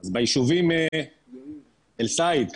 זאת אומרת כל הבתים האלה צריכים להיהרס,